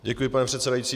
Děkuji, pane předsedající.